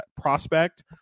prospect